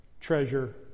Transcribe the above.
treasure